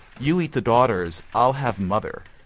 you eat the daughters, i'll have mother.